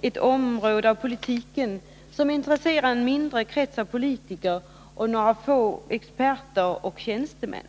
ett område av politiken som bara intresserar en mindre krets av politiker och några få experter och tjänstemän.